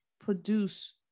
produce